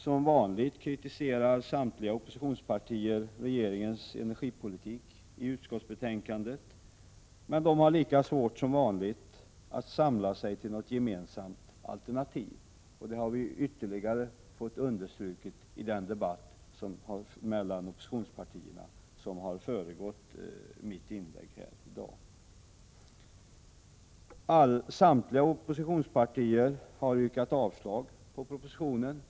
Som vanligt kritiserar samtliga oppositionspartier regeringens energipolitik i utskottsbetänkandet. Men de har lika svårt som vanligt att samlas till något gemensamt alternativ. Det har ytterligare understrukits i den debatt mellan oppositionspartierna som har föregått mitt inlägg här. Samtliga oppositionspartier yrkar avslag på propositionen.